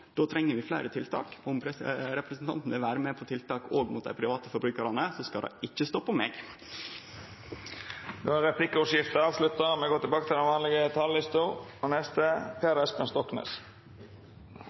Då treng vi fleire tiltak. Om representanten vil vere med på tiltak òg mot dei private forbrukarane, skal det ikkje stå på meg. Replikkordskiftet er avslutta.